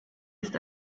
ist